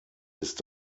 ist